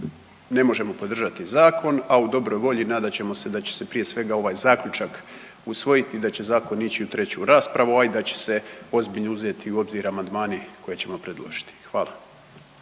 ne možemo podržati zakon, a u dobroj volji nadat ćemo se da će se prije svega ovaj zaključak usvojiti i da će zakon ići u treću raspravu, a i da će se ozbiljno uzeti u obzir amandmani koje ćemo predložiti. Hvala.